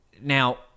Now